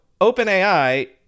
OpenAI